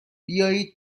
بیایید